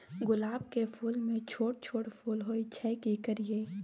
गुलाब के फूल में छोट छोट फूल होय छै की करियै?